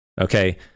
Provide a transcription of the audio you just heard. Okay